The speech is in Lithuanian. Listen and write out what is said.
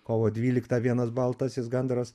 kovo dvyliktą vienas baltasis gandras